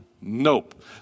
nope